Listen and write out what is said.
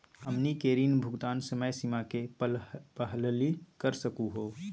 हमनी के ऋण भुगतान समय सीमा के पहलही कर सकू हो?